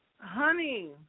Honey